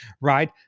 right